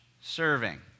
serving